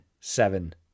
seven